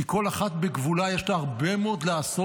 כי כל אחת בגבולה יש לה הרבה מאוד לעשות,